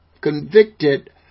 convicted